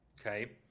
Okay